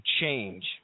change